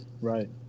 right